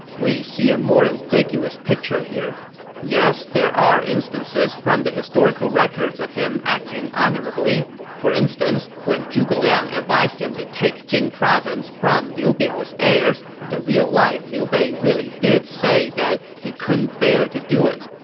we see a more ambiguous picture. yes there are instances from the historical records of him acting honorably. for instance, when zhuge liang advised him to take jing province from liu biao's heirs, the real-life liu bei really did say that he couldn't bear to do it.